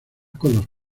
con